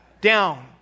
down